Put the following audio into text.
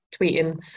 tweeting